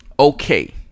Okay